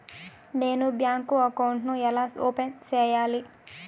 నేను bank account ను ఎలా ఓపెన్ సేయాలి?